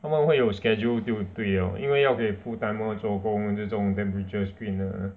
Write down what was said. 他们会有 schedule 就对 liao 因为要给 full timer 做工要去做那种 temperature screen 的